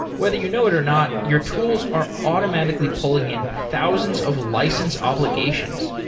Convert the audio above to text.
whether you know it or not, your tools are automatically pulling in thousands of license obligations.